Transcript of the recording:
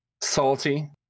salty